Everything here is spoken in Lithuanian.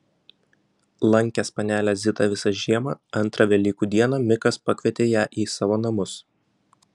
lankęs panelę zitą visą žiemą antrą velykų dieną mikas pakvietė ją į savo namus